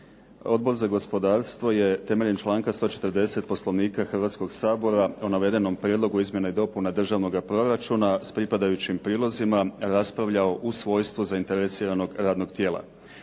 Odbor za gospodarstvo je temeljem članka 140. Poslovnika Hrvatskoga sabora o navedenom Prijedlogu izmjena i dopuna državnoga proračuna, s pripadajućim prilozima, raspravljao u svojstvu zainteresiranog radnog tijela.